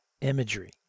imagery